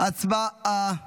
אני אמתין,